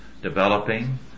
Developing